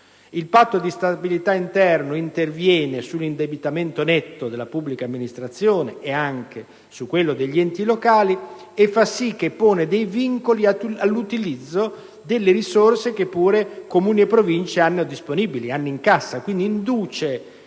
Il patto di stabilità interno interviene sull'indebitamento netto della pubblica amministrazione e su quello degli enti locali ponendo dei vincoli all'utilizzo delle risorse che Comuni e Province hanno disponibili, in cassa; esso induce